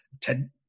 Ted